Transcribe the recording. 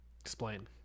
Explain